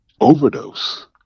overdose